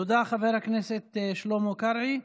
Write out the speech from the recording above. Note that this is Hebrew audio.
תודה, חבר הכנסת שלמה קרעי.